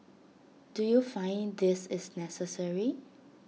do you find this is necessary